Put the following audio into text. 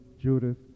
Judith